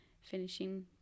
finishing